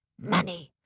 money